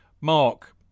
Mark